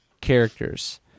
characters